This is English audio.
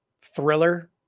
thriller